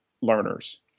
learners